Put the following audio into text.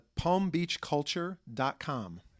palmbeachculture.com